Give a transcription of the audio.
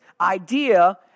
idea